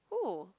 who